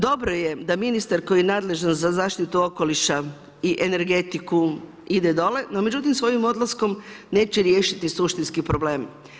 Dobro je da ministar koji je nadležan za zaštitu okoliša i energetiku ide dole, no međutim svojim odlaskom neće riješiti suštinski problem.